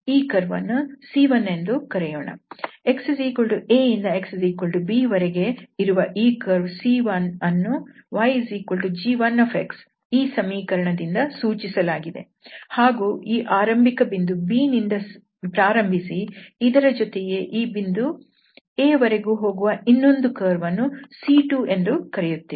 xa ಇಂದ xb ವರೆಗೆ ಇರುವ ಈ ಕರ್ವ್ C1ಅನ್ನು yg1 ಈ ಸಮೀಕರಣದಿಂದ ಸೂಚಿಸಲಾಗಿದೆ ಹಾಗೂ ಈ ಆರಂಭಿಕ ಬಿಂದು b ನಿಂದ ಪ್ರಾರಂಭಿಸಿ ಇದರ ಜೊತೆಯೇ ಈ ಬಿಂದು a ವರೆಗೂ ಹೋಗುವ ಇನ್ನೊಂದು ಕರ್ವ್ ಅನ್ನು C2ಎಂದು ಕರೆಯುತ್ತೇವೆ